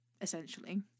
essentially